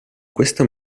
questo